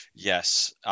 yes